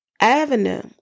Avenue